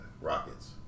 Rockets